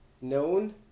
known